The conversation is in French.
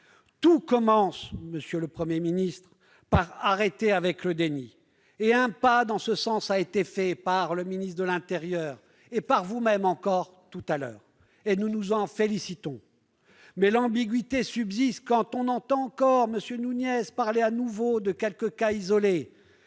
Tout commence, monsieur le Premier ministre, par l'arrêt du déni. Un pas dans ce sens a été fait par le ministre de l'intérieur, par vous-même encore tout à l'heure, et nous nous en félicitons. Mais l'ambiguïté subsiste quand on entend M. Nunez parler de nouveau de quelques cas isolés.